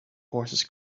horses